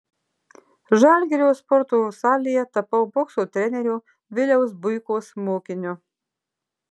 žalgirio sporto salėje tapau bokso trenerio viliaus buikos mokiniu